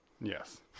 Yes